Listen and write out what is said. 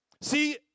See